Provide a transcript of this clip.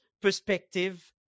perspective